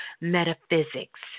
metaphysics